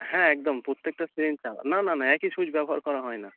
হ্যাঁ একদম প্রত্যেকটা সিরিঞ্জ আলা না না না একি সূঁচ ব্যবহার করা হয় না